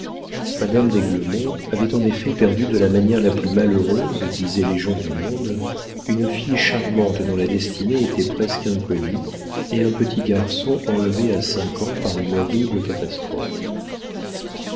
madame d'aiglemont avait en effet perdu de la manière la plus malheureuse disaient les gens du monde une fille charmante dont la destinée était presque inconnue et un petit garçon enlevé à cinq ans par une horrible catastrophe